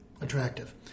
Attractive